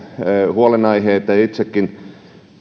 huolenaiheita ja itsekin